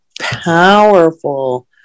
powerful